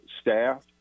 staff